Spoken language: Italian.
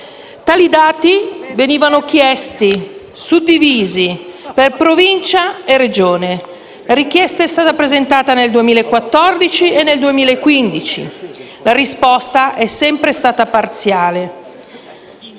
Tali dati venivano chiesti suddivisi per Provincia e Regione. La richiesta è stata presentata nel 2014 e nel 2015; la risposta è sempre stata parziale: